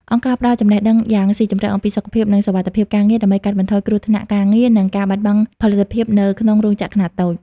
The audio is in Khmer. អង្គការផ្ដល់ចំណេះដឹងយ៉ាងស៊ីជម្រៅអំពីសុខភាព និងសុវត្ថិភាពការងារ ដើម្បីកាត់បន្ថយគ្រោះថ្នាក់ការងារ និងការបាត់បង់ផលិតភាពនៅក្នុងរោងចក្រខ្នាតតូច។